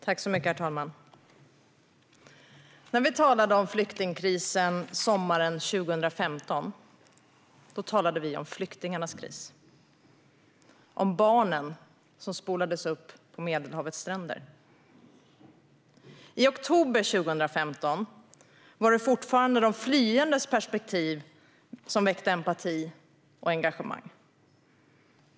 Herr talman! När vi talade om flyktingkrisen sommaren 2015 pratade vi om flyktingarnas kris, om barnen som spolades upp på Medelhavets stränder. I oktober 2015 var det fortfarande de flyendes perspektiv som väckte empati och engagemang.